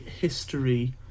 history